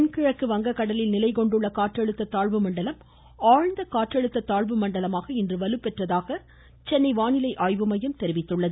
தென்கிழக்கு வங்க கடலில் நிலைகொண்டுள்ள காற்றழுத்த தாழ்வு மண்டலம் ஆழ்ந்த காற்றழுத்த தாழ்வு மண்டலமாக இன்று வலுப்பெற்றதாக சென்னை வானிலை ஆய்வு மையம் தெரிவித்துள்ளது